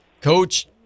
Coach